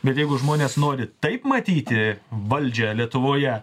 bet jeigu žmonės nori taip matyti valdžią lietuvoje